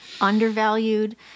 undervalued